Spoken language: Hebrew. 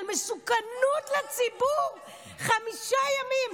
על "מסוכנות לציבור" חמישה ימים,